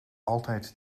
altijd